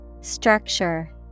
Structure